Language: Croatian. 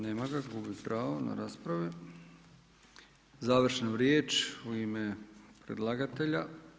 Nema ga, gubi pravo na raspravu, završna riječ u ime predlagatelja.